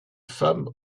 femmes